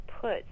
put